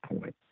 point